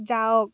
যাওঁক